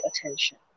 attention